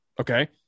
Okay